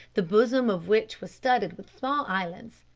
the bosom of which was studded with small islands.